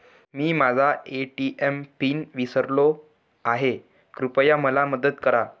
मी माझा ATM PIN विसरलो आहे, कृपया मला मदत करा